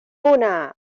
una